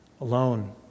alone